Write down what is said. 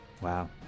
Wow